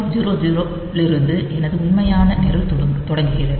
0100 இலிருந்து எனது உண்மையான நிரல் தொடங்குகிறது